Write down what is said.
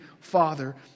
father